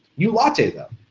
you latte them.